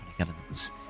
elements